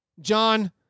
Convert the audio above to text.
John